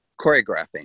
choreographing